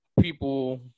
people